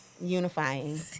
unifying